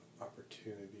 opportunity